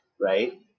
right